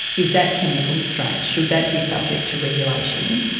is that chemical restraint, should that be subject to regulation?